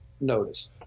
notice